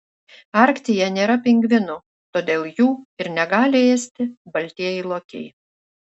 arktyje nėra pingvinų todėl jų ir negali ėsti baltieji lokiai